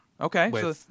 Okay